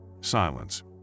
Silence